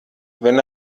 wenn